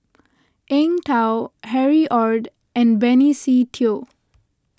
Eng Tow Harry Ord and Benny Se Teo